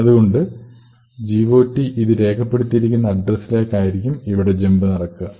അതുകൊണ്ട് GOT ഇത് രേഖപ്പെടുത്തിയിരിക്കുന്ന അഡ്രസിലേക്കായിരിക്കും ഇവിടെ ജംപ് നടക്കുക